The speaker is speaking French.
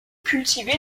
cultivée